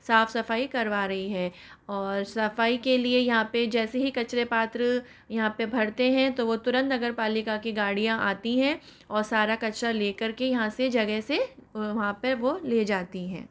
साफ सफाई करवा रही है और सफाई के लिए यहाँ पे जैसे ही कचरा पात्र यहाँ पर भरते हैं तो वो तुरंत अगर पालिका की गाड़ियां आती है और सारा कचरा लेकर के यहाँ से जगह से वहाँ पे वो ले जाती हैं